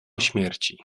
śmierci